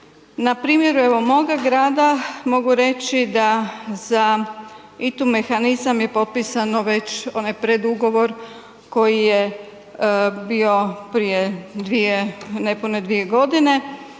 Npr. evo moga grada, mogu reći da za ITU mehanizam je potpisano već onaj predugovor koji je bio prije 2, nepune 2 godine